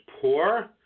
poor